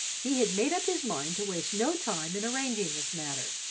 he had made up his mind to waste no time in arranging this matter.